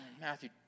Matthew